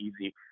easy